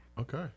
Okay